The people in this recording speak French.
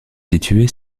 située